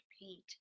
paint